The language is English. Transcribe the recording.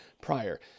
prior